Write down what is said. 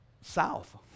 south